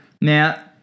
Now